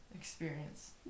experience